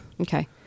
Okay